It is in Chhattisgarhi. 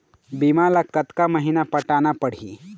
बीमा ला कतका महीना पटाना पड़ही?